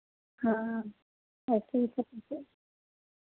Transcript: हाँ ऐसे ही सब कुछ है